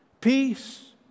Peace